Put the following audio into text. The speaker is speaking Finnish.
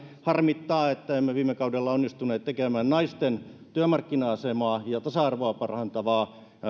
harmittaa että emme viime kaudella onnistuneet tekemään naisten työmarkkina asemaa ja tasa arvoa parantavaa